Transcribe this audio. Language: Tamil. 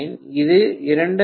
இது 2